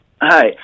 Hi